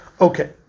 Okay